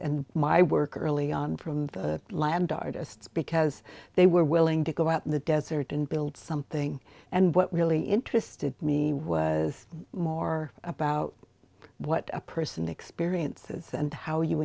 and my work early on from the land artists because they were willing to go out in the desert and build something and what really interested me was more about what a person experiences and how you